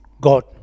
God